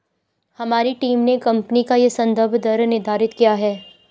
हमारी टीम ने कंपनी का यह संदर्भ दर निर्धारित किया है